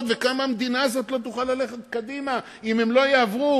וכמה המדינה הזאת לא תוכל ללכת קדימה אם הן לא יעברו,